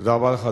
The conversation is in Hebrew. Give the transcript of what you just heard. תודה רבה לך.